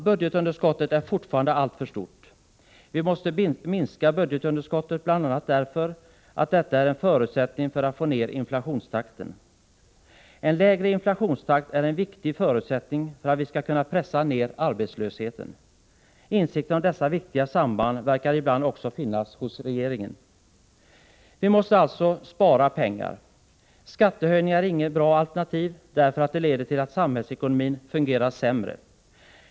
Budgetunderskottet är fortfarande alltför stort. Vi måste minska budgetunderskottet bl.a. därför att en minskning av detta är en förutsättning för att få ned inflationstakten. En lägre inflationstakt är en viktig förutsättning för att vi skall kunna pressa ned arbetslösheten. Insikten om dessa viktiga samband verkar ibland också finnas hos regeringen. Vi måste alltså spara pengar. Skattehöjningar är inte något bra alternativ, därför att de leder till att samhällsekonomin fungerar sämre.